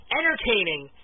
entertaining